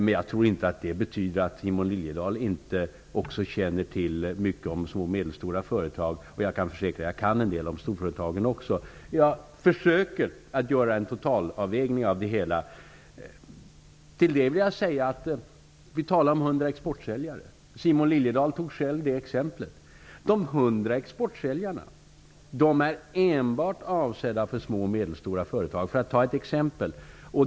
Men jag tror inte att det betyder att inte också Simon Liliedahl känner till rätt mycket om små och medelstora företag. Jag kan försäkra att även jag kan en del om storföretagen. Jag försöker att göra en totalavvägning av det hela. Till det vill jag säga följande. Vi talade om 100 exportsäljare. Simon Liliedahl tog själv det exemplet. De 100 exportsäljarna är enbart avsedda för små och medelstora företag, för att ta ett exempel.